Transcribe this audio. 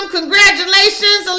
Congratulations